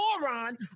moron